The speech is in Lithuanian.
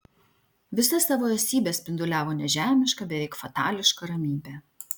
visą savo esybe spinduliavo nežemišką beveik fatališką ramybę